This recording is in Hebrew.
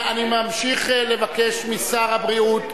אני מבקש משר הבריאות